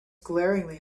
glaringly